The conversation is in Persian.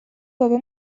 بابا